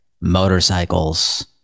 motorcycles